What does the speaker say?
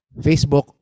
Facebook